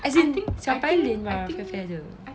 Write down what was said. as in 小白脸 lah fair fair 的